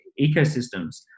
ecosystems